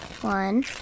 One